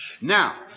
Now